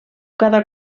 cada